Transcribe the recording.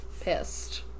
pissed